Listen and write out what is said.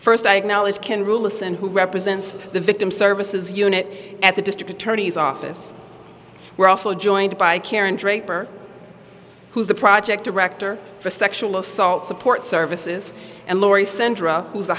first i acknowledge can rule this and who represents the victim services unit at the district attorney's office we're also joined by karen draper who's the project director for sexual assault support services and laurie centra who's